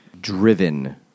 driven